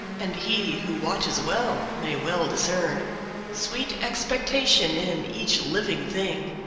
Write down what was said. and he who watches well may well discern sweet expectation in each living thing.